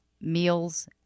meals